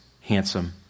handsome